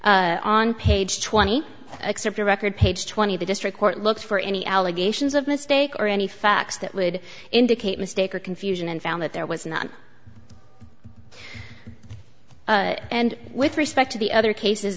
exceptions on page twenty except your record page twenty the district court looks for any allegations of mistake or any facts that would indicate mistake or confusion and found that there was not and with respect to the other cases